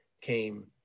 came